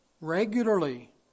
regularly